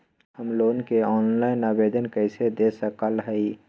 हम लोन के ऑनलाइन आवेदन कईसे दे सकलई ह?